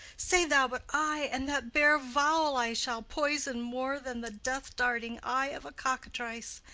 say thou but i, and that bare vowel i shall poison more than the death-darting eye of cockatrice.